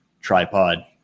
tripod